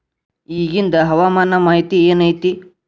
ಇಗಿಂದ್ ಹವಾಮಾನ ಮಾಹಿತಿ ಏನು ಐತಿ?